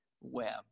Web